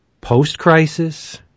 post-crisis